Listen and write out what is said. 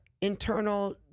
internal